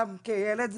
גם כילד,